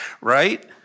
right